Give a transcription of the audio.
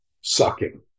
sucking